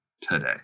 today